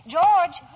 George